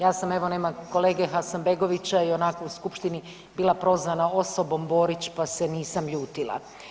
Ja sam evo nema kolege Hasanbegovića ionako u skupštini bila prozvana osobom Borić, pa se nisam ljutila.